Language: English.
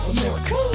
America